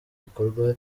bikorwa